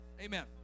Amen